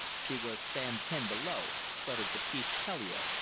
she was stan' ten below, sputtered baptiste tellier,